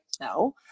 no